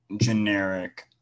generic